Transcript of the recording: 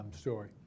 story